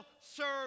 serve